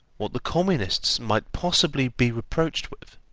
what the communists might possibly be reproached with,